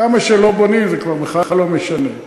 כמה שלא בונים זה כבר בכלל לא משנה,